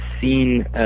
seen